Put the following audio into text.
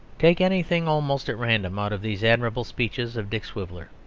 take anything almost at random out of these admirable speeches of dick swiveller.